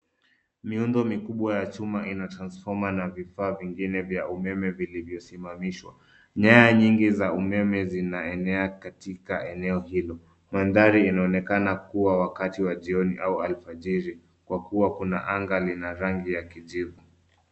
Miundo mikubwa ya chuma ina cs[transformer]cs na vifaa vingine vya umeme vilivyosimamishwa. Nyaya nyingi za umeme zinaenea katika eneo hilo. Mandhari inaonekana kuwa wakati wa jioni au alfajiri, kwa kuwa anga lina rangi ya kijivu.